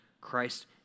Christ